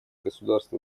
государств